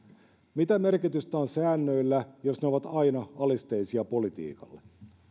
mitä merkitystä on säännöillä jos ne ovat aina alisteisia politiikalle